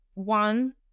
one